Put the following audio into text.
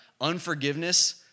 Unforgiveness